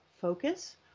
focus